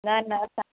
न न असां